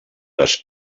les